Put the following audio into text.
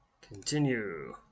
Continue